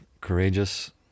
Courageous